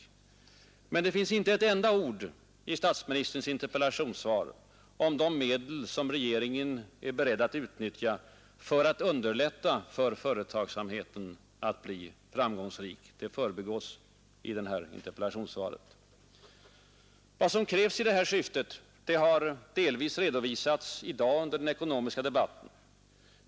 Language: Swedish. Men det finns inte ett enda ord i statsministerns interpellationssvar om de medel som regeringen är beredd att utnyttja för att underlätta för företagsamheten att bli framgångsrik. Det förbigås i interpellationssvaret. Vad som krävs i detta syfte har delvis redovisats i dag under den ekonomiska debatten.